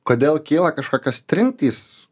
kodėl kyla kažkokios trintys